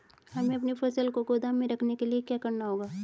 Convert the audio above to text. हमें अपनी फसल को गोदाम में रखने के लिये क्या करना होगा?